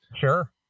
Sure